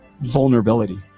vulnerability